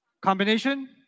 Combination